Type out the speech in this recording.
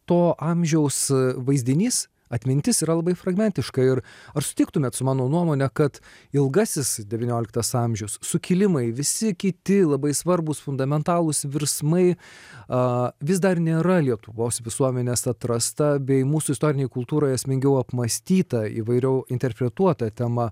to amžiaus vaizdinys atmintis yra labai fragmentiška ir ar sutiktumėt su mano nuomone kad ilgasis devynioliktas amžius sukilimai visi kiti labai svarbūs fundamentalūs virsmai a vis dar nėra lietuvos visuomenės atrasta bei mūsų istorinėj kultūroj esmingiau apmąstyta įvairiau interpretuota tema